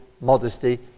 modesty